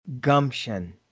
gumption